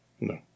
No